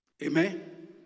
Amen